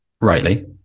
Rightly